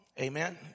Amen